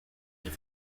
ils